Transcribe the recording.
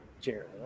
chair